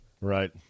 Right